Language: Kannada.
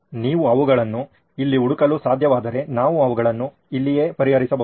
ನೀವು ಅವುಗಳನ್ನು ಇಲ್ಲಿ ಹುಡುಕಲು ಸಾಧ್ಯವಾದರೆ ನಾವು ಅವುಗಳನ್ನು ಇಲ್ಲಿಯೇ ಪರಿಹರಿಸಬಹುದು